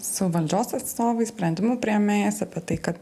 su valdžios atstovais sprendimų priėmėjais apie tai kad